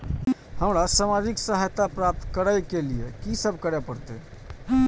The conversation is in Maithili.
हमरा सामाजिक सहायता प्राप्त करय के लिए की सब करे परतै?